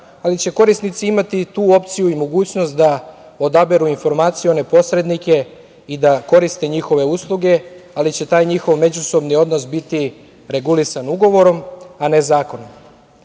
ali će korisnici imati tu opciju i mogućnost da odaberu informacije, one posrednike i da koriste njihove usluge, ali će taj njihov međusobni odnos biti regulisan ugovorom a ne zakonom. Dakle,